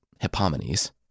Hippomenes